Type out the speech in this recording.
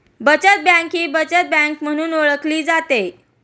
बचत बँक ही बचत बँक म्हणून ओळखली जाते